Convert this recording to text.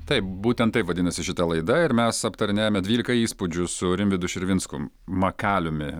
taip būtent taip vadinasi šita laida ir mes aptarinėjame dvylika įspūdžių su rimvydu širvinsku makaliumi